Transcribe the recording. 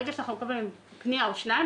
ברגע שאנחנו מקבלים פנייה או שתיים,